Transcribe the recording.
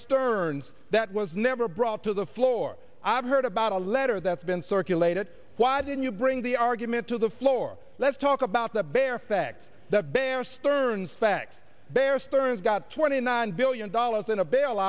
stearns that was never brought to the floor i've heard about a letter that's been circulated why didn't you bring the argument to the floor let's talk about the bare facts that bear stearns facts bear stearns got twenty nine billion dollars in a bail